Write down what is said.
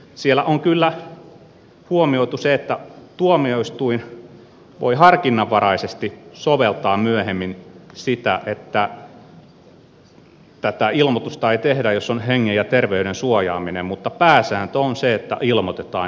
siellä on kyllä huomioitu se että tuomioistuin voi harkinnanvaraisesti soveltaa myöhemmin sitä että tätä ilmoitusta ei tehdä jos se on välttämätöntä hengen ja terveyden suojaamiseksi mutta pääsääntö on se että ilmoitetaan